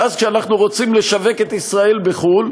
ואז, כשאנחנו רוצים לשווק את ישראל בחו"ל,